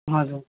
हजुर